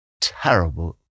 terrible